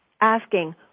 asking